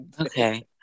okay